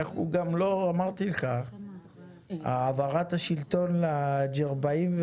אמרתי לך שהעברת השלטון לג'רבאים,